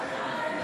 חברת